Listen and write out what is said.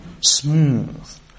smooth